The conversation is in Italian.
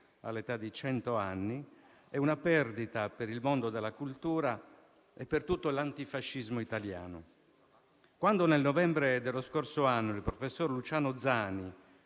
all'età di cento anni, è una perdita per il mondo della cultura e per tutto l'antifascismo italiano. Quando, nel novembre dello scorso anno, il professor Luciano Zani